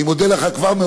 אני מודה לך כבר,